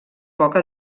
poca